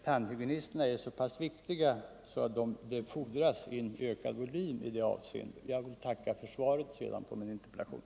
Tandhygienisterna är dock så pass viktiga att en ökning av utbildningsvolymen vad gäller dessa är nödvändig. Jag tackar för svaret på min interpellation.